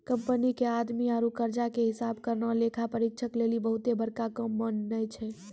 company के आमदनी आरु खर्चा के हिसाब करना लेखा परीक्षक लेली बहुते बड़का काम नै छै